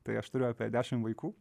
tai aš turiu apie dešimt vaikų